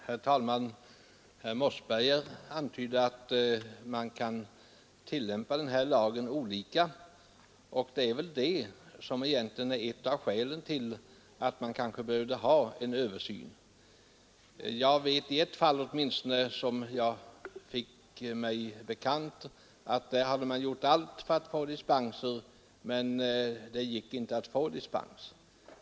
Herr talman! Herr Mossberger antydde att man kan tillämpa lagen på olika sätt, och det är ett av skälen till att det behövs en översyn. I ett fall som jag har mig bekant har man gjort allt för att få dispens, men det gick ändå inte.